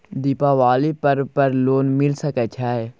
दीपावली पर्व पर लोन मिल सके छै?